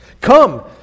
Come